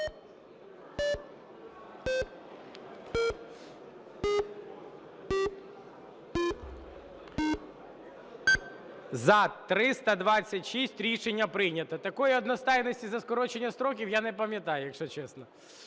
За-326 Рішення прийнято. Такої одностайності за скорочення строків я не пам'ятаю, якщо чесно.